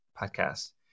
podcast